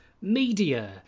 Media